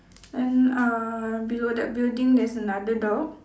then uh below that building there's another dog